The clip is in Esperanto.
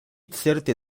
certe